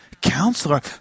counselor